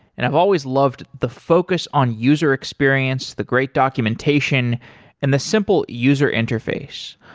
and i've always loved the focus on user experience, the great documentation and the simple user interface.